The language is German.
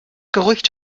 gerücht